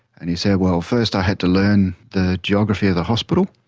and he said well first i had to learn the geography of the hospital,